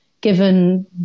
given